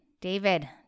David